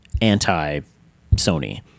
anti-Sony